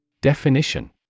Definition